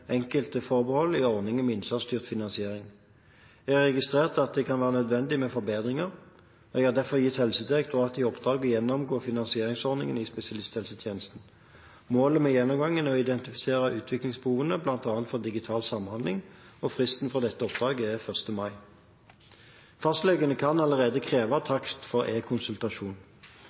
enkelte forbehold, i ordningen med innsatsstyrt finansiering. Jeg har registrert at det kan være nødvendig med forbedringer. Jeg har derfor gitt Helsedirektoratet i oppdrag å gjennomgå finansieringsordningene i spesialisthelsetjenesten. Målet med gjennomgangen er å identifisere utviklingsbehovene, bl.a. for digital samhandling. Fristen for dette oppdraget er 1. mai. Fastlegene kan allerede kreve